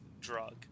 drug